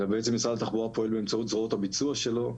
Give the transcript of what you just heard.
אלא בעצם משרד התחבורה פועל באמצעות זרועות הביצוע שלו,